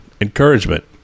Encouragement